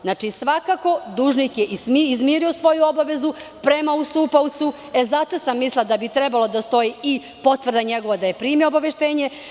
Znači, svakako je dužnik izmirio svoju obavezu prema ustupaocu i zato sam mislila da bi trebala da stoji i njegova potvrda da je primio obaveštenje.